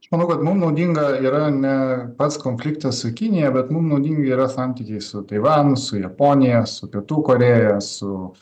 aš manau kad mum naudinga yra ne pats konfliktas su kinija bet mum naudingi yra santykiai su taivanu su japonija su pietų korėja su